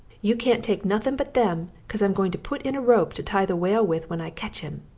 you can't take nothing but them cause i'm going to put in a rope to tie the whale with when i ketch him,